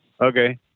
okay